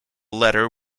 letter